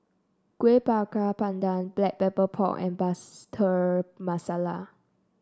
Kueh Bakar Pandan Black Pepper Pork and Masala